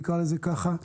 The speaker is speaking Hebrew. נקרא לזה כך.